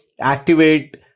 activate